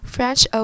French